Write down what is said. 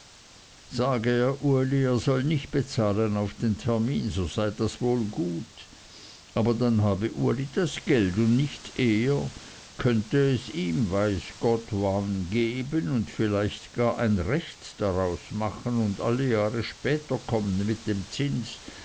er uli er solle nicht bezahlen auf den termin so sei das wohl gut aber dann habe uli das geld und nicht er könnte es ihm weiß gott wann geben und vielleicht gar ein recht daraus machen und alle jahre später kommen mit dem zins